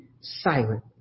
silent